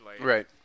Right